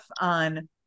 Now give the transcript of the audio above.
on